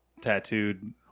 tattooed